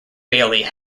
bailey